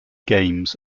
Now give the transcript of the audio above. games